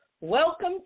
welcome